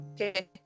okay